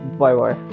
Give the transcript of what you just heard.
bye-bye